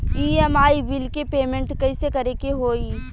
EMI bill के payment कइसे करे के होई?